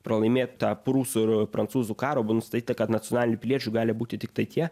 pralaimėtą prūsų ir prancūzų karą buvo nustatyta kad nacionaliniu piliečiu gali būti tiktai tie